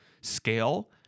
scale